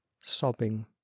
sobbing